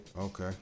Okay